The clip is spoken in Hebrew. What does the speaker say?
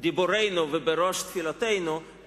דיבורינו ובראש תפילותינו,